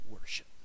worship